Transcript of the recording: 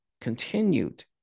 continued